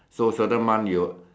so certain month you will